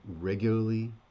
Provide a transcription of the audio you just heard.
regularly